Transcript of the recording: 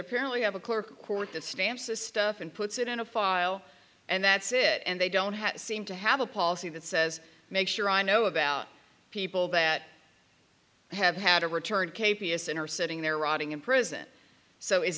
apparently have a clerk of court that stamps this stuff and puts it in a file and that's it and they don't have to seem to have a policy that says make sure i know about people that i have had a return k p s and are sitting there rotting in prison so is